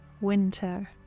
winter